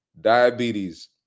diabetes